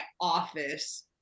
office